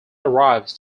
arrives